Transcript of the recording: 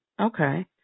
Okay